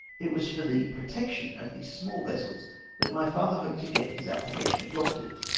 it was for the protection of these small vessels that my father hoped to get his apphcation adopted,